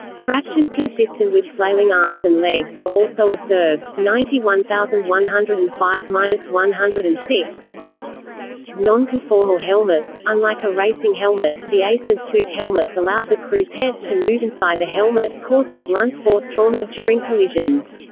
fractures consistent with flailing arms and legs were also observed. ninety one thousand one hundred and five one hundred and six non-conformal helmets unlike a racing helmet, the aces suit helmets allowed the crew's heads to move inside the helmet, causing blunt force trauma during collisions.